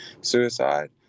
suicide